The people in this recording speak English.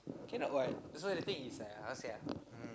cannot what that's why the thing is I how to say ah